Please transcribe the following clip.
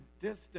distance